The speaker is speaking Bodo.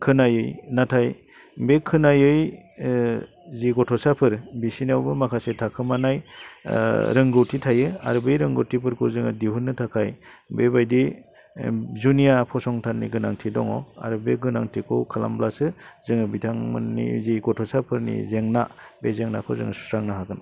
खोनायै नाथाय बे खोनायै जि गथ'साफोर बिसिनावबो माखासे थाखोमानाय रोंगौथि थायो आरो बे रोंगौथिफोरखौ जोङो दिहुन्नो थाखाय बेबायदि जुनिया फसंथाननि गोनांथि दङ आरो बे गोनांथिखौ खालामब्लासो जोङो बिथांमोननि जि गथ'साफोरनि जेंना बे जेंनाखौ जों सुस्रांनो हागोन